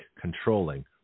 controlling